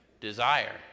desire